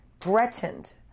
threatened